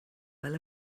fel